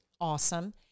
awesome